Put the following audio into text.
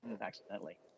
accidentally